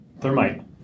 Thermite